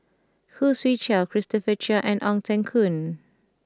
Khoo Swee Chiow Christopher Chia and Ong Teng Koon